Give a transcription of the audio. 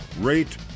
rate